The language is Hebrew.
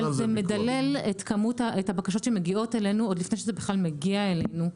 אבל זה מדלל את הבקשות שמגיעות אלינו עוד לפני שזה בכלל מגיע אלינו.